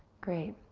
great,